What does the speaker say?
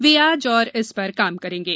वे आज और इस पर काम करेंगे